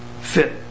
fit